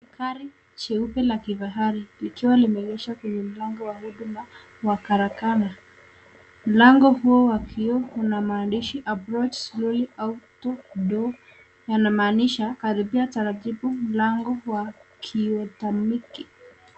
Gari jeupe la kifahari likiwa limeegeshwa kwenye mlango wa huduma wa karakana. Mlango huo wa kioo una maandishi approach slowly auto door yanamaanisha karibia taratibu mlango wa kiautomatiki.